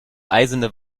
eisene